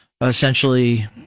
essentially